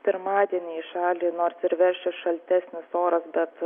pirmadienį į šalį nors ir veršis šaltesnis oras bet